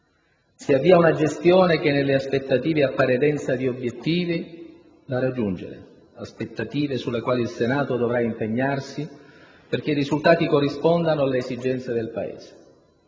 Si avvia una gestione che nelle aspettative appare densa di obiettivi da raggiungere, aspettative sulle quali il Senato dovrà impegnarsi perché i risultati corrispondano alle esigenze del Paese.